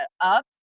up